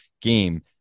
game